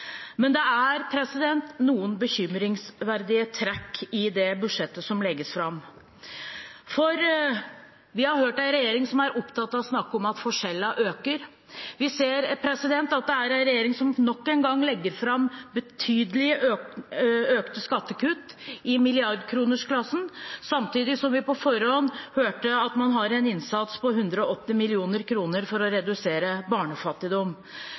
Men det er noen bekymringsverdige trekk i det budsjettet som legges fram, for vi har hørt en regjering som er opptatt av å snakke om at forskjellene øker. Vi ser at det er en regjering som nok en gang legger fram betydelig økte skattekutt, i milliardkronersklassen, samtidig som vi på forhånd hørte at man har en innsats på 180 mill. kr for å redusere barnefattigdom.